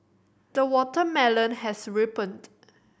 the watermelon has ripened